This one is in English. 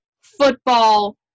football